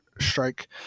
strike